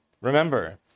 remember